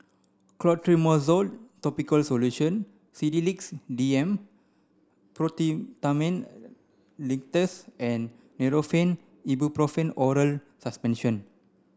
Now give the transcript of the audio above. Clotrimozole topical solution Sedilix D M Linctus and Nurofen Ibuprofen Oral Suspension